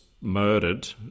murdered